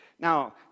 Now